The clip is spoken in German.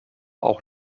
auch